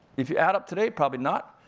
if you add up today, probably not.